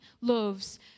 loves